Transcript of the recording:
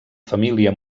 família